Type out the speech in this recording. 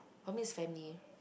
home is family